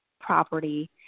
property